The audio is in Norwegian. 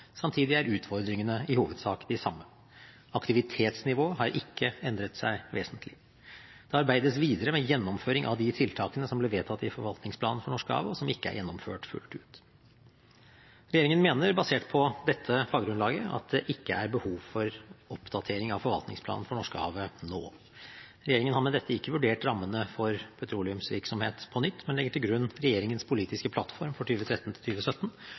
samtidig er utfordringene i hovedsak de samme. Aktivitetsnivået har ikke endret seg vesentlig. Det arbeides videre med gjennomføring av de tiltakene som ble vedtatt i forvaltningsplanen for Norskehavet, og som ikke er gjennomført fullt ut. Regjeringen mener, basert på dette faggrunnet, at det ikke er behov for oppdatering av forvaltningsplanen for Norskehavet nå. Regjeringen har med dette ikke vurdert rammene for petroleumsvirksomhet på nytt, men legger til grunn regjeringens politiske plattform for